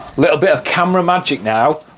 little bit of camera magic now,